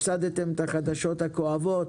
הפסדתם את החדשות הכואבות,